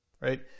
right